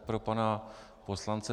Pro pana poslance